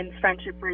friendship